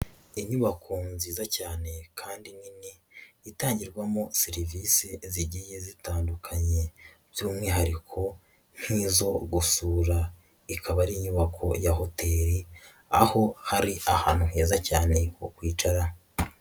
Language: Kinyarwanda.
Inyubako nziza cyane kandi nini, itangirwamo serivisi zigiye zitandukanye by'umwihariko nk'izo gusura, ikaba ari inyubako ya hoteli, aho hari ahantu heza cyane ho kwicara.